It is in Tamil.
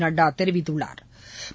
நட்டா தெரிவித்துள்ளாா்